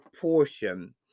portion